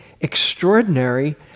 extraordinary